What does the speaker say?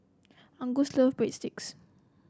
Angus love Breadsticks